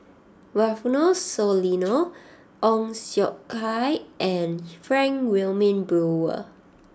Rufino Soliano Ong Siong Kai and Frank Wilmin Brewer